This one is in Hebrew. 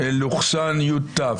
לקלדן.ית.